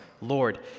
Lord